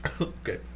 Okay